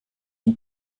une